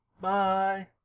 Bye